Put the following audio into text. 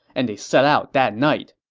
and they set out that night